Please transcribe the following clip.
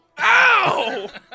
Ow